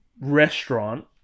restaurant